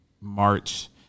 March